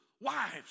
wives